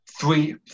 three